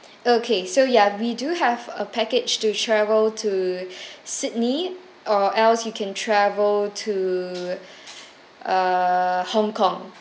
okay so ya we do have a package to travel to sydney or else you can travel to uh hong-kong